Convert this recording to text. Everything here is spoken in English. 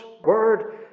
word